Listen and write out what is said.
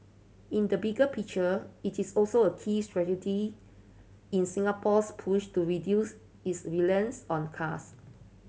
in the bigger picture it is also a key strategy in Singapore's push to reduce its reliance on the cars